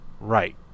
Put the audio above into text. Right